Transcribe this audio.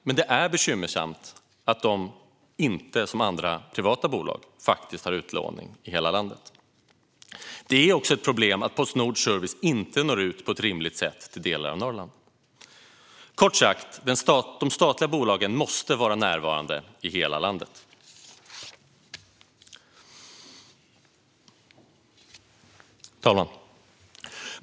Men det är bekymmersamt att det inte som andra privata bolag har utlåning i hela landet. Det är också ett problem att Postnords service inte når ut på ett rimligt sätt till delar av Norrland. Kort sagt: De statliga bolagen måste vara närvarande i hela landet. Herr talman!